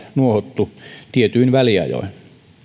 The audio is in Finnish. nuohottu tietyin väliajoin